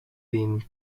been